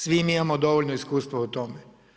Svi mi imamo dovoljno iskustva u tome.